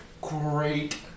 great